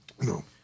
No